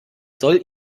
soll